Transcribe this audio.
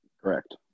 Correct